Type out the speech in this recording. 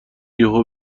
یهو